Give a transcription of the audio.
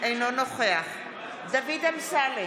אינו נוכח דוד אמסלם,